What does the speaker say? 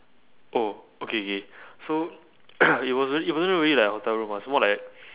oh okay K so it wasn't it wasn't really like a hotel room ah it was more like